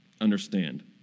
understand